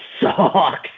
sucks